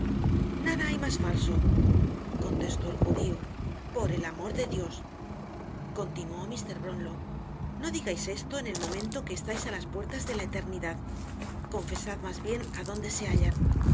nada hay mas falso contestó el judio por el amor de dios continuó mr brownlow no digais esto en el momenlo que estais á las puertas de la eternidad confesad mas bien á donde se hallan